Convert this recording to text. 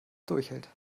durchhält